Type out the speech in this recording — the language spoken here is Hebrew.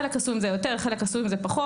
חלק עשו עם זה יותר, חלק עשו עם זה פחות.